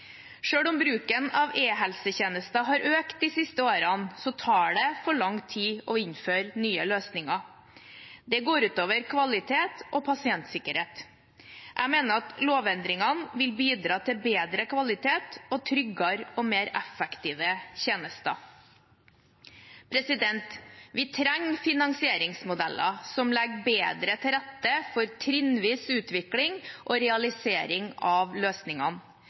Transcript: om bruken av e-helsetjenester har økt de siste årene, tar det for lang tid å innføre nye løsninger. Dette går ut over kvalitet og pasientsikkerhet. Jeg mener at lovendringene vil bidra til bedre kvalitet og tryggere og mer effektive tjenester. Vi trenger finansieringsmodeller som legger bedre til rette for trinnvis utvikling og realisering av løsningene.